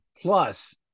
Plus